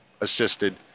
assisted